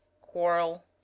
quarrel